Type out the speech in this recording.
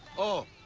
oh.